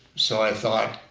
so i thought,